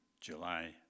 July